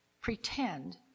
pretend